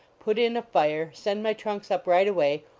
put in a fire, send my trunks up right away,